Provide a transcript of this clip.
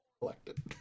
collected